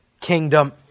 kingdom